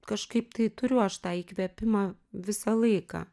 kažkaip tai turiu aš tą įkvėpimą visą laiką